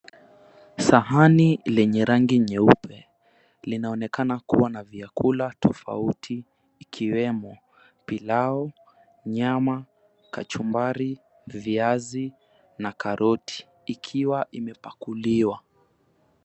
Sahani lenye rangi nyeupe. Lina vyakula tofauti ikiwemo; pilau, nyama, kachumbari, viazi na karoti ikiwa imepakuliwa.